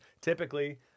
typically